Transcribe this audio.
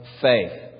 faith